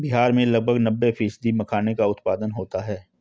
बिहार में लगभग नब्बे फ़ीसदी मखाने का उत्पादन होता है